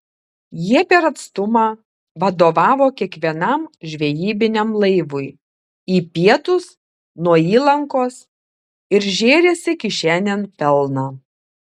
jie per atstumą vadovavo kiekvienam žvejybiniam laivui į pietus nuo įlankos ir žėrėsi kišenėn pelną